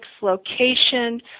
location